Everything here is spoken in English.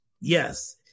Yes